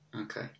okay